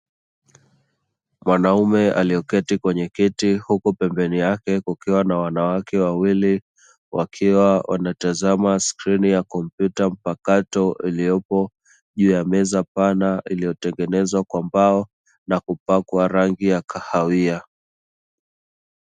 Mwanaume aliye keti kwenye kiti, huku pembeni yake kukiwa na wanawake wawili, wakiwa wanatazama skrini ya kompyuta mpakato. Iliyopo juu ya meza pana, iliyo tengenezwa kwa mbao na kupakwa rangi ya kahawia.